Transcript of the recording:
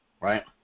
right